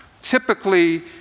Typically